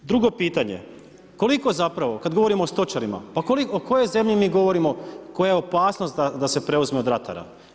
Drugo pitanje, koliko zapravo kad govorimo o stočarima, o kojoj mi zemlji govorimo koja je opasnost da se preuzme od ratara.